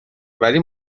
ولی